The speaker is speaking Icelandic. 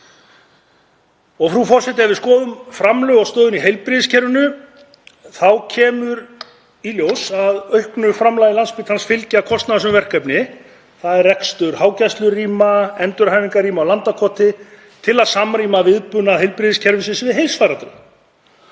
Frú forseti. Ef við skoðum fjárframlög og stöðuna í heilbrigðiskerfinu þá kemur í ljós að auknu framlagi Landspítalans fylgja kostnaðarsöm verkefni. Það er rekstur hágæslurýma, endurhæfingarrýma á Landakoti til að samræma viðbúnað heilbrigðiskerfisins við heimsfaraldri.